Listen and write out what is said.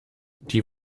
die